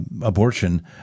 abortion